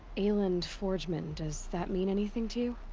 aelund forgeman, does that mean anything to